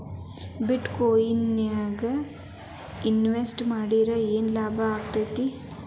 ಬಿಟ್ ಕೊಇನ್ ನ್ಯಾಗ್ ಇನ್ವೆಸ್ಟ್ ಮಾಡಿದ್ರ ಯೆನ್ ಲಾಭಾಕ್ಕೆತಿ?